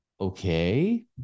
Okay